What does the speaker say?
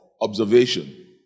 observation